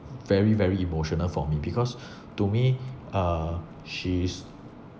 very very emotional for me because to me uh she is